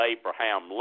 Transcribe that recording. Abraham